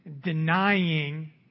Denying